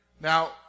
Now